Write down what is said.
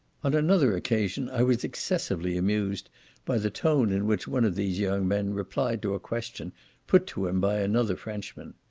on another occasion i was excessively amused by the tone in which one of these young men replied to a question put to him by another frenchman.